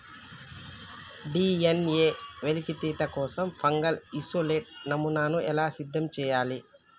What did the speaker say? DNA వెలికితీత కోసం fungal isolate నమూనాను ఎలా సిద్ధం చెయ్యాలి?